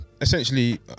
Essentially